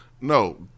No